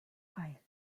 pile